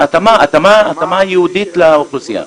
התאמה ייעודית לאוכלוסייה.